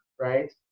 right